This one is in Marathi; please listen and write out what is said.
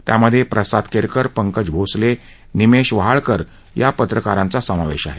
त्यामध्ये प्रसाद केरकर पंकज भोसले निमेश वहाळकर या पत्रका रांचा समावेश आहे